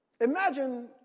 Imagine